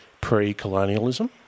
pre-colonialism